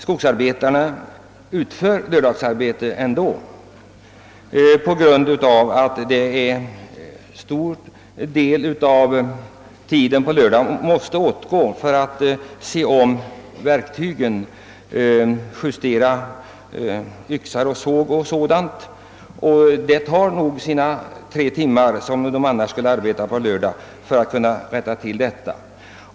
Skogsarbetarna utför ändå, enligt vad jag kunnat finna, lördagsarbete eftersom de på lördagar måste se om verktygen — justera yxor och sågar etc. — och det tar nog de tre timmar som de annars skulle ha arbetat i skogen på lördagar.